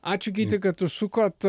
ačiū gyti kad užsukot